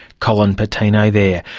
colin patino there,